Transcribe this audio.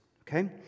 okay